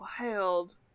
wild